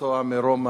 נשמעו גם